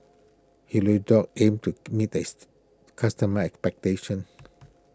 Hirudoid aims to meet east customers' expectations